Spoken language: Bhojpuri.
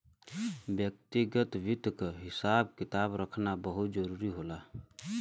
व्यक्तिगत वित्त क हिसाब किताब रखना बहुत जरूरी होला